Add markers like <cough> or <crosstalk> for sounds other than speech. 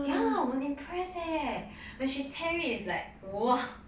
ya 我很 impressed eh when she tear it it's like <noise>